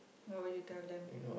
what will you tell them